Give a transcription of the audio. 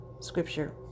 scripture